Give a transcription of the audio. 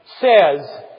Says